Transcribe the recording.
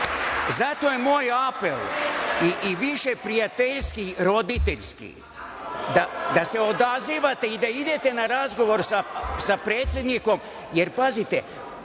Zato je moj apel i više prijateljski, roditeljski da se odazivate i da idete na razgovor sa predsednikom, jer, pazite,